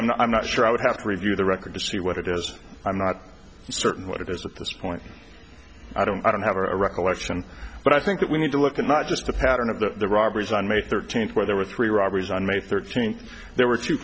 i'm not i'm not sure i would have to review the record to see what it is i'm not certain what it is at this point i don't i don't have a recollection but i think that we need to look at not just the pattern of the robberies on may thirteenth where there were three robberies on may thirteenth there were two